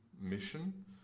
mission